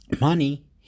Money